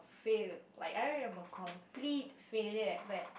fail like I am a complete failure at that